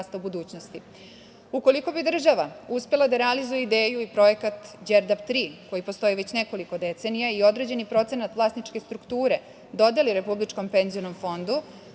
bi država uspela da realizuje ideju i projekat Đerdap 3, koji postoji već nekoliko decenija i određeni procenat vlasničke strukture dodeli republičkom penzionom fondu,